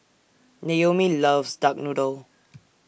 Naomi loves Duck Noodle